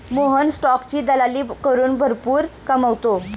मोहन स्टॉकची दलाली करून भरपूर कमावतो